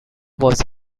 was